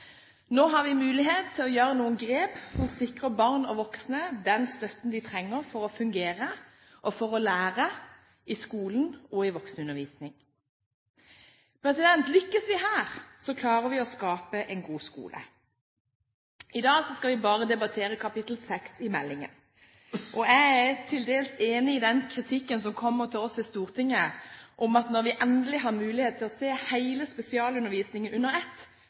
Nå har vi mulighet til å gjøre noen grep som sikrer barn og voksne den støtten de trenger for å fungere og for å lære i skolen og i voksenundervisningen. Lykkes vi her, klarer vi å skape en god skole. I dag skal vi bare debattere kapittel 6 i meldingen. Jeg er til dels enig i den kritikken som kommer til oss i Stortinget om at når vi endelig har mulighet til å se hele spesialundervisningen under ett,